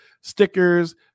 Stickers